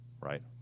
right